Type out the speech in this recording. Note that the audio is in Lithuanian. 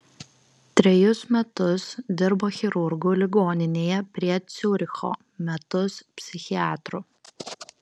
trejus metus dirbo chirurgu ligoninėje prie ciuricho metus psichiatru